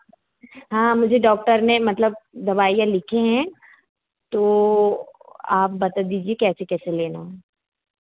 हाँ मुझे डॉक्टर ने मतलब दवाइया लिखी हैं तो आप बता दीजिए कैसे कैसे लेना है